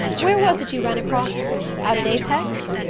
where was it you ran across him out at apex?